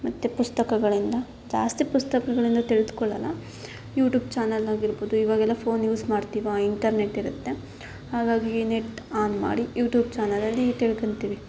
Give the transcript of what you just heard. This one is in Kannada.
ಮತ್ತು ಪುಸ್ತಕಗಳಿಂದ ಜಾಸ್ತಿ ಪುಸ್ತಕಗಳಿಂದ ತಿಳ್ದುಕೊಳ್ಳಲ್ಲ ಯೂಟ್ಯೂಬ್ ಚಾನಲ್ ಆಗಿರ್ಬೋದು ಇವಾಗೆಲ್ಲ ಫೋನ್ ಯೂಸ್ ಮಾಡ್ತೀವಾ ಇಂಟರ್ನೆಟ್ ಇರುತ್ತೆ ಹಾಗಾಗಿ ನೆಟ್ ಆನ್ ಮಾಡಿ ಯೂಟ್ಯೂಬ್ ಚಾನಲಲ್ಲಿ ತಿಳ್ಕತೀವಿ